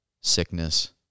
sickness